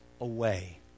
away